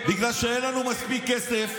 בגלל שאין לנו מספיק כסף,